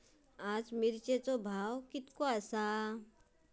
आज मिरचेचो भाव कसो आसा?